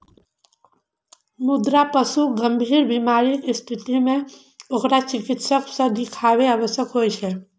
मुदा पशुक गंभीर बीमारीक स्थिति मे ओकरा चिकित्सक सं देखाएब आवश्यक होइ छै